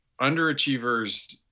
underachievers